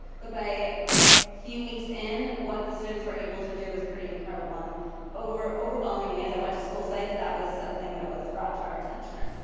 but by few weeks in, what the students were able to do was pretty incredible and overwhelmingly as i went to school sites, that was something that was brought to our attention.